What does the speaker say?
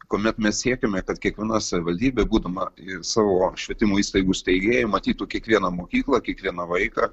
kuomet mes siekiame kad kiekviena savivaldybė būdama ir savo švietimo įstaigų steigėja matytų kiekvieną mokyklą kiekvieną vaiką